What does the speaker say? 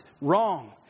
Wrong